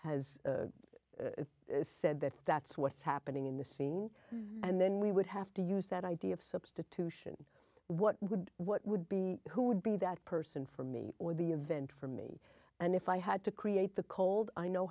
has said that that's what is happening in the scene and then we would have to use that idea of substitution what would what would be who would be that person for me or the event for me and if i had to create the cold i know